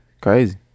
crazy